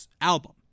album